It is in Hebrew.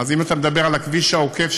אם אתה מדבר על הכביש העוקף,